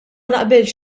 naqbilx